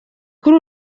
kuri